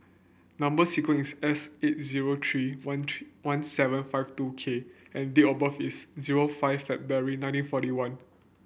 number sequence is S eight zero three one three one seven five two K and date of birth is zero five February nineteen forty one